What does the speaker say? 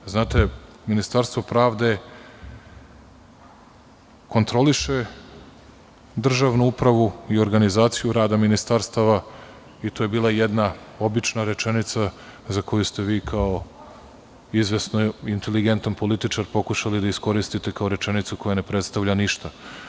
Znate, Ministarstvo pravde kontroliše državnu upravu i organizaciju rada ministarstava i to je bila jedna obična rečenica za koju ste vi kao izvesno inteligentan političar pokušali da iskoristite kao rečenicu koja ne predstavlja ništa.